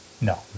No